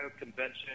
Convention